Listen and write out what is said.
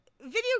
video